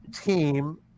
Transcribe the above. team